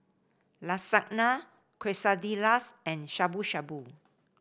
Lasagne Quesadillas and Shabu Shabu